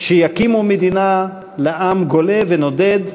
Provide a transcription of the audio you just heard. שיקימו מדינה לעם גולה ונודד,